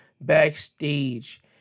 backstage